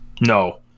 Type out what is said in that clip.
No